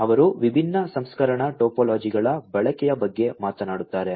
ಅವರು ವಿಭಿನ್ನ ಸಂಸ್ಕರಣಾ ಟೋಪೋಲಾಜಿಗಳ ಬಳಕೆಯ ಬಗ್ಗೆ ಮಾತನಾಡುತ್ತಾರೆ